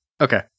Okay